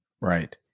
Right